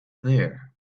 there